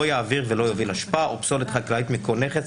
לא יעביר ולא יוביל אשפה או פסולת חקלאית מכל נכס,